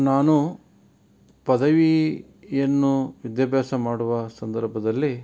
ನಾನು ಪದವಿ ಯನ್ನು ವಿದ್ಯಾಭ್ಯಾಸ ಮಾಡುವ ಸಂದರ್ಭದಲ್ಲಿ